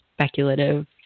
speculative